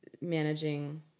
managing